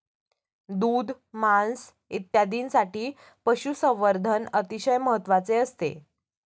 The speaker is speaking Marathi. दूध, मांस इत्यादींसाठी पशुसंवर्धन अतिशय महत्त्वाचे असते